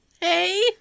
Hey